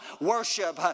worship